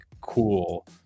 cool